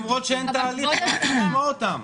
כדי לראות שאין תהליך צריך לשמוע אותן.